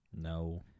No